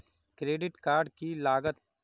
Credit card की लागत?